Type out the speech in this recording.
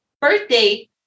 birthday